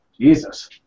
Jesus